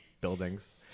buildings